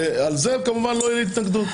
ולזה כמובן לא תהיה לי התנגדות,